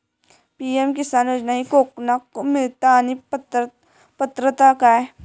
PM Kisan योजना ही कोणाक मिळता आणि पात्रता काय?